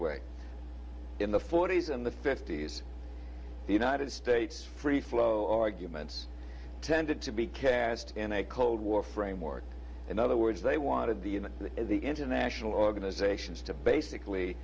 way in the forty's and the fifty's the united states free flow arguments tended to be cast in a cold war framework in other words they wanted the in the international organizations to basically